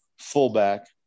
fullback